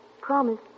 promise